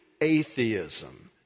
atheism